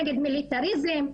נגד מיליטריזם,